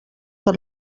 per